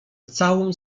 całą